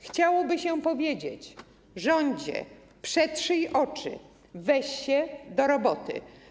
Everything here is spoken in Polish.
Chciałoby się powiedzieć: Rządzie, przetrzyj oczy, weź się do roboty.